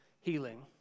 healing